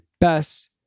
best